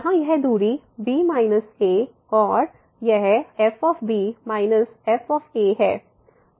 यहाँ यह दूरी b a और यह f f है